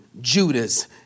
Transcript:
Judas